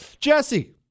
Jesse